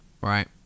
Right